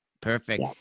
Perfect